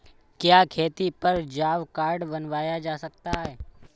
क्या खेती पर जॉब कार्ड बनवाया जा सकता है?